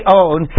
own